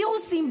וירוסים,